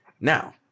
Now